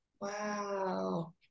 Wow